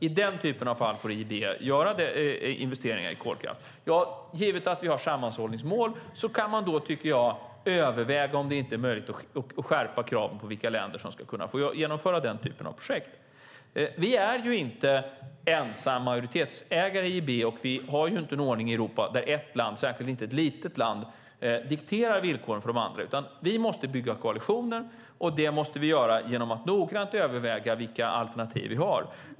I den typen av fall får EIB göra investeringar i kolkraft. Givet att vi har samordningsmål kan man överväga om det inte är möjligt att skärpa kraven på vilka länder som kan få genomföra den typen av projekt. Sverige är inte ensamt majoritetsägare i EIB, och det råder inte en ordning i Europa där ett land, särskilt inte ett litet land, dikterar villkoren för de andra. Vi måste bygga koalitioner, och det måste vi göra genom att noggrant överväga vilka alternativ vi har.